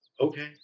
Okay